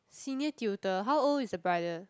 senior tutor how old is the brother